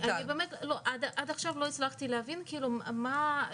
עד עכשיו לא הצלחתי להבין מה,